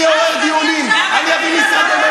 אני אעורר דיונים, תביא עכשיו,